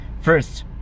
First